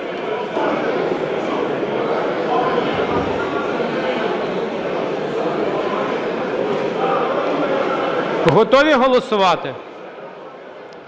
Готові голосувати?